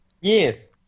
Yes